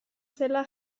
zela